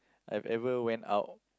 I've ever went out